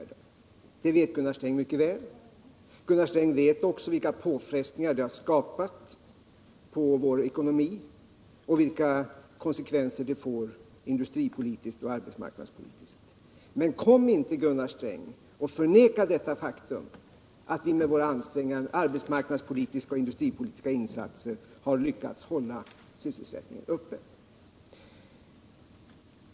Det vet Gunnar Sträng mycket väl. Han vet också vilka påfrestningar det har skapat på vår ekonomi och vilka konsekvenser det får industripolitiskt och arbetsmarknadspolitiskt. Men kom inte, Gunnar Sträng, och förneka det faktum att vi med arbetsmarknadspolitiska och industripolitiska insatser har lyckats hålla sysselsättningen uppe.